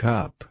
Cup